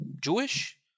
Jewish